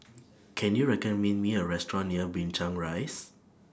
Can YOU recommend Me A Restaurant near Binchang Rise